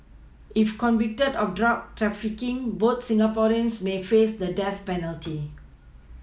if convicted of drug trafficking both Singaporeans may face the death penalty